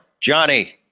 Johnny